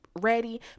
Ready